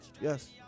Yes